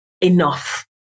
enough